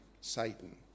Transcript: Satan